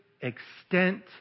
extent